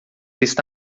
está